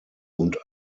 und